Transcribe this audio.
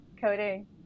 coding